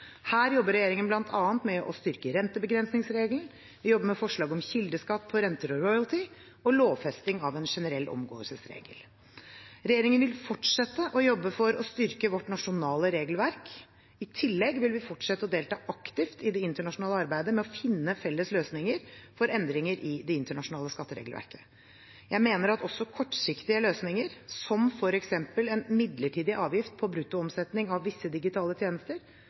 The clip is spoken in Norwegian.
Her jobber regjeringen bl.a. med å styrke rentebegrensningsregelen, vi jobber med forslag om kildeskatt på renter og royalty, og lovfesting av en generell omgåelsesregel. Regjeringen vil fortsette å jobbe for å styrke vårt nasjonale regelverk. I tillegg vil vi fortsette å delta aktivt i det internasjonale arbeidet med å finne felles løsninger for endringer i det internasjonale skatteregelverket. Jeg mener at også kortsiktige løsninger som f.eks. en midlertidig avgift på brutto omsetning av visse digitale tjenester,